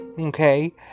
Okay